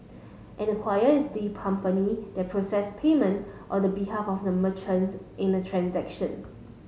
an acquirer is the company that process payment on the behalf of the merchant in a transaction